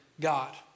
God